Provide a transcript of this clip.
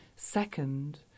Second